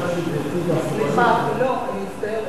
אני מצטערת,